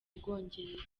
bwongereza